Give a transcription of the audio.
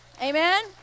Amen